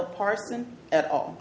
apartment at all